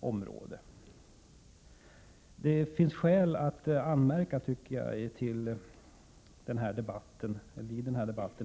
område.